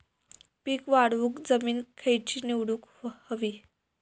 पीक वाढवूक जमीन खैची निवडुक हवी?